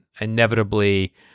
inevitably